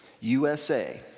USA